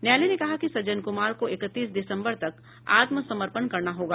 न्यायालय ने कहा कि सज्जन कुमार को इकतीस दिसम्बर तक आत्मसमर्पण करना होगा